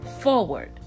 forward